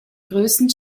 größten